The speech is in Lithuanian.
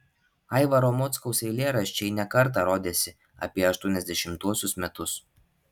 aivaro mockaus eilėraščiai ne kartą rodėsi apie aštuoniasdešimtuosius metus